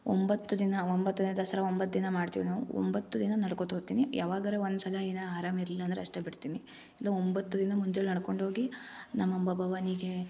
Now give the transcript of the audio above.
ಒಂಬತ್ತು ದಿನ ಒಂಬತ್ತು ದಿನ ದಸ್ರಾ ಒಂಬತ್ತು ದಿನ ಮಾಡ್ತೀವಿ ನಾವು ಒಂಬತ್ತು ದಿನ ನಡ್ಕೊತ ಹೋಗ್ತಿನಿ ಯಾವಾಗರ ಒಂದು ಸಲ ಏನೋ ಆರಾಮ ಇರಲಿಲ್ಲ ಅಂದ್ರೆ ಅಷ್ಟೇ ಬಿಡ್ತೀನಿ ಇನ್ನು ಒಂಬತ್ತು ದಿನ ಮುಂಜಾನೆ ನಡ್ಕೊಂಡು ಹೋಗಿ ನಮ್ಮ ಅಂಬಾ ಭವಾನಿಗೆ